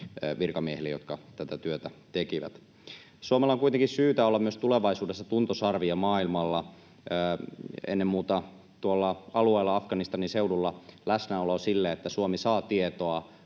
virkamiehille, jotka tätä työtä tekivät. Suomella on kuitenkin syytä olla myös tulevaisuudessa tuntosarvia maailmalla. Ennen muuta tuolla alueella, Afganistanin seudulla läsnäolo ja se, että Suomi saa tietoa,